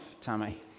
Tammy